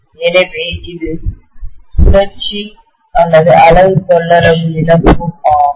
எனவே இது ஜூல்ஸ் சுழற்சிஅலகு கொள்ளளவு இழப்பு ஆகும்